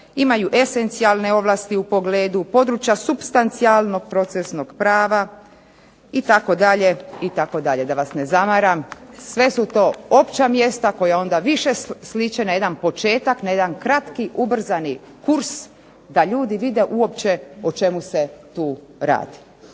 imaju esencijalne ovlasti u pogledu područja supstancijalnog procesnog prava itd., itd., da vas ne zamaram. Sve su to opća mjesta koja onda više sliče na jedan početak, na jedan kratki ubrzani kurs da ljudi vide uopće o čemu se tu radi.